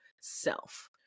self